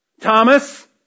Thomas